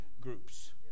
groups